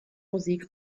musik